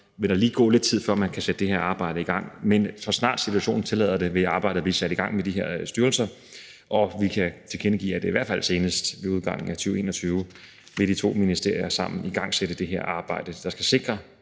vil der lige gå lidt tid, før man kan sætte det arbejde i gang, men så snart situationen tillader det, vil arbejdet blive sat i gang i de her styrelser. Og vi kan tilkendegive, at i hvert fald senest ved udgangen af 2021 vil de to ministerier sammen igangsætte det her arbejde, som skal sikre